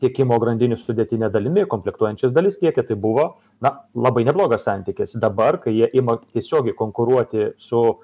tiekimo grandinių sudėtine dalimi komplektuojančias dalis tiekė tai buvo na labai neblogas santykis dabar kai jie ima tiesiogiai konkuruoti su